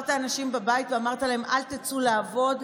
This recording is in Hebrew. כשהשארת אנשים בבית ואמרת להם: אל תצאו לעבוד,